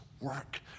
work